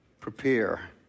prepare